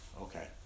Okay